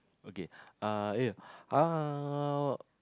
okay uh ya uh